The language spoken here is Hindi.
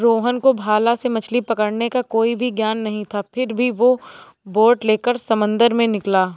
रोहन को भाला से मछली पकड़ने का कोई भी ज्ञान नहीं था फिर भी वो बोट लेकर समंदर में निकला